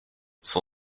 son